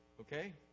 okay